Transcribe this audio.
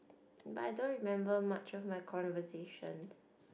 but I don't remember much of my conversation